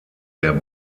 der